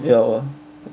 ya well